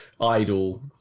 idle